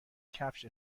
کفش